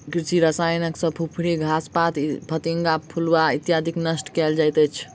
कृषि रसायन सॅ फुफरी, घास पात, फतिंगा, पिलुआ इत्यादिके नष्ट कयल जाइत छै